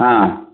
आम्